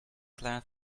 client